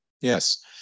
Yes